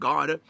God